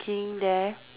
~ing there